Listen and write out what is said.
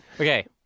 Okay